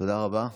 תודה רבה.